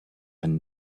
and